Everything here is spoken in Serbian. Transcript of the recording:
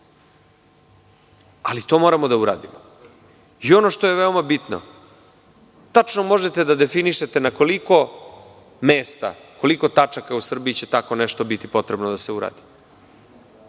Ali, to moramo da uradimo. Ono što je veoma bitno – tačno možete da definišete na koliko mesta, koliko tačaka u Srbiji će tako nešto biti potrebno da se uradi.